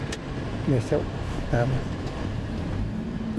Nijiy xiau.